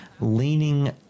leaning